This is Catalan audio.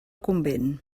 convent